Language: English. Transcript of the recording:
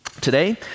today